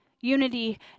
unity